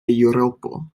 eŭropo